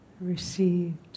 received